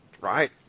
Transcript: right